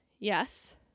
Yes